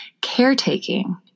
caretaking